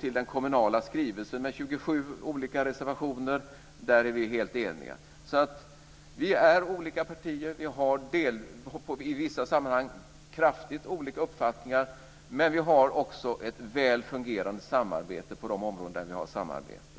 I den kommunala skrivelsen finns 27 olika reservationer. Där är vi helt eniga. Vi är olika partier. I vissa sammanhang har vi kraftigt olika uppfattningar, men vi har också ett väl fungerande samarbete på de områden där vi har ett samarbete.